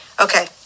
Okay